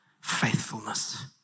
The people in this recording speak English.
faithfulness